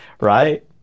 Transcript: Right